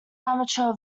amateur